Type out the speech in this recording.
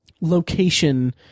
location